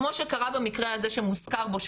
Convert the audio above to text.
כמו שקרה במקרה הזה שמוזכר פה,